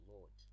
Lord